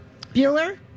Bueller